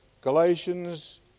Galatians